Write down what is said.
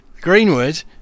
Greenwood